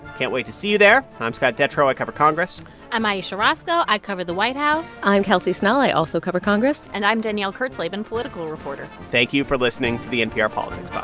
can't wait to see you there. i'm scott detrow. i cover congress i'm ayesha rascoe. i cover the white house i'm kelsey snell. i also cover congress and i'm danielle kurtzleben, political reporter thank you for listening to the npr politics